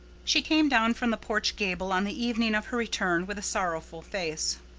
she came down from the porch gable on the evening of her return with a sorrowful face.